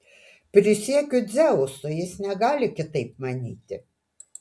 prisiekiu dzeusu jis negali kitaip manyti